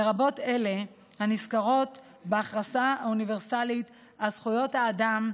לרבות אלה הנזכרות בהכרזה האוניברסלית על זכויות האדם,